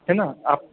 हैं ना आप